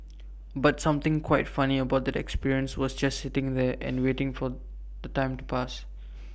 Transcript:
but something quite funny about the experience was just sitting there and waiting for the time to pass